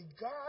God